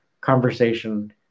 conversation